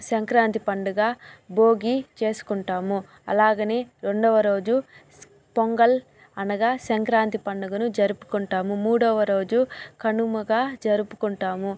సంక్రాంతి పండుగ భోగి చేసుకుంటాము అలాగనే రెండవ రోజు పొంగల్ అనగా సంక్రాంతి పండుగను జరుపుకుంటాము మూడవరోజు కనుముగా జరుపుకుంటాము